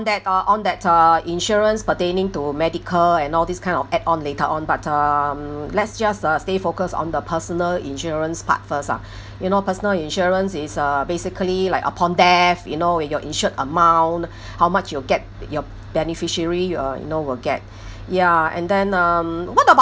that uh on that uh insurance pertaining to medical and all these kind of add on later on but um let's just uh stay focused on the personal insurance part first lah you know personal insurance is uh basically like upon death you know with your insured amount how much you'll get your beneficiary you uh you know will get ya and then um what about